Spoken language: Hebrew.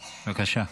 בבקשה.